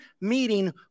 meeting